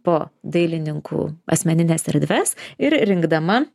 po dailininkų asmenines erdves ir rinkdama